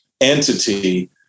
entity